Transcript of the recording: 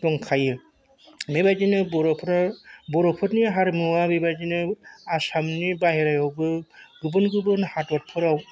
दंखायो बेबायदिनो बर'फोरा बर'फोरनि हारिमुआ बेबायदिनो आसामनि बाहेरायावबो गुबुन गुबुन हादोरफोराव